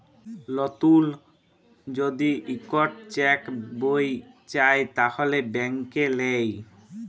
লতুল যদি ইকট চ্যাক বই চায় তাহলে ব্যাংকে লেই